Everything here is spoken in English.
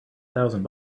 thousand